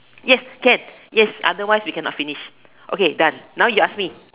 yes can yes yes otherwise we cannot finish okay done now you ask me